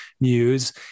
news